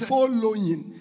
Following